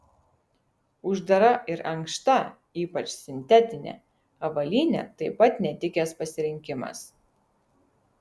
uždara ir ankšta ypač sintetinė avalynė taip pat netikęs pasirinkimas